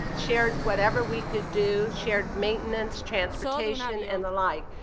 shared whatever we could do. shared maintenance, transportation and the like.